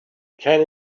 can